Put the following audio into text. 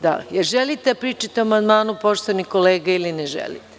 Da li želite da pričate o amandmanu, poštovani kolega, ili ne želite?